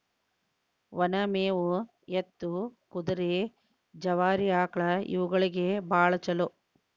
ಒನ ಮೇವು ಎತ್ತು, ಕುದುರೆ, ಜವಾರಿ ಆಕ್ಳಾ ಇವುಗಳಿಗೆ ಬಾಳ ಚುಲೋ